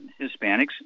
Hispanics